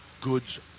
goods